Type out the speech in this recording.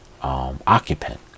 occupant